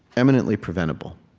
eminently preventable.